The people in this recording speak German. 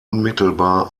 unmittelbar